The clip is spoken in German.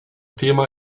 thema